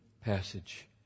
passage